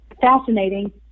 fascinating